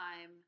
time